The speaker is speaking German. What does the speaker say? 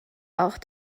auch